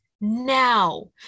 now